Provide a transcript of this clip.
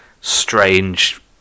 strange